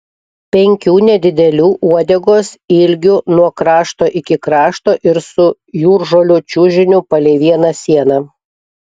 penkių nedidelių uodegos ilgių nuo krašto iki krašto ir su jūržolių čiužiniu palei vieną sieną